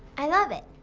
i love it!